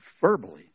verbally